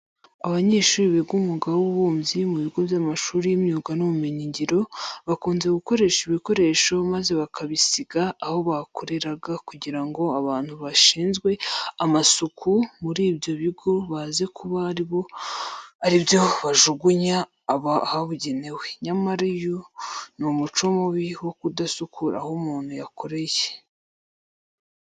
Abanyeshuri biga umwuga w'ububumbyi mu bigo by'amashuri y'imyuga n'ubumenyingiro, bakunze gukoresha ibikoresho maze bakabisiga aho bakoreraga kugira ngo abantu bashinzwe amasuku muri ibyo bigo baze kuba ari byo bajugunya ahabugenewe. Nyamara uyu ni umuco mubi wo kudasukura aho umuntu yakoreye.